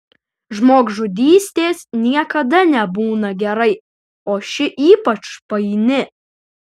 žmogžudystės niekada nebūna gerai o ši ypač paini